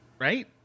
right